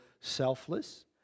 selfless